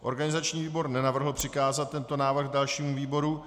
Organizační výbor nenavrhl přikázat tento návrh dalšímu výboru.